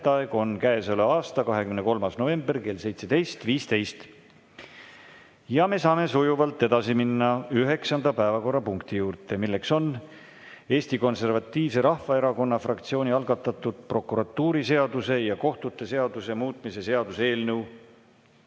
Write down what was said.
minutit.V a h e a e g Me saame sujuvalt edasi minna üheksanda päevakorrapunkti juurde, milleks on Eesti Konservatiivse Rahvaerakonna fraktsiooni algatatud prokuratuuriseaduse ja kohtute seaduse muutmise seaduse eelnõu